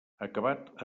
acabat